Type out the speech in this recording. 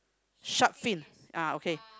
shark fin ah okay